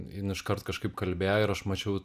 jin iškart kažkaip kalbėjo ir aš mačiau